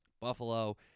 Buffalo